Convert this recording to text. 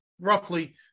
roughly